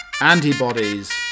antibodies